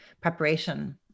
preparation